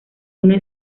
uno